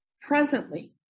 presently